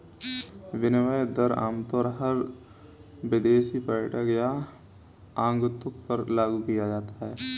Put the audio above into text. विनिमय दर आमतौर पर हर विदेशी पर्यटक या आगन्तुक पर लागू किया जाता है